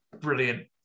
brilliant